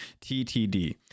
ttd